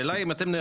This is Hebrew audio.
מה החלופה?